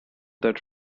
that